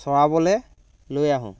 চৰাবলৈ লৈ আহোঁ